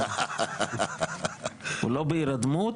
הוא לא בהירדמות,